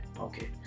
Okay